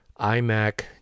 imac